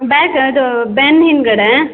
back ಇದು ಬೆನ್ನ ಹಿಂದುಗಡೆ